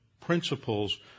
principles